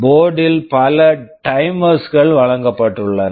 board board -ல் பல timers timers கள் வழங்கப்பட்டுள்ளன